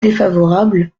défavorable